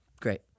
great